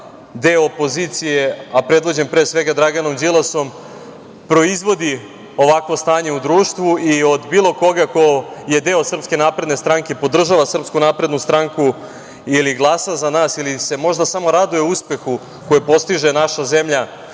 deo opozicije, a predvođen, pre svega Draganom Đilasom proizvodi ovakvo stanje u društvu i od bilo koga ko je deo SNS podržava SNS ili glasa za nas ili se možda samo raduje uspehu koji postiže naša zemlja,